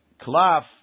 Klaf